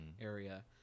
area